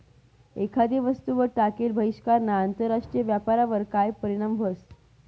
एखादी वस्तूवर टाकेल बहिष्कारना आंतरराष्ट्रीय व्यापारवर काय परीणाम व्हस?